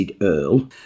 Earl